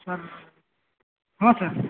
sir ହଁ sir